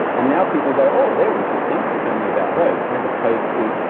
and now people go oh, they're interesting. tell me about those, as opposed to,